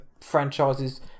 franchises